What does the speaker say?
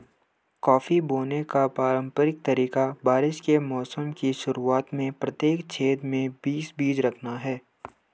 coffee बोने का पारंपरिक तरीका बारिश के मौसम की शुरुआत में प्रत्येक छेद में बीस बीज रखना है